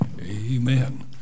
Amen